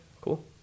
cool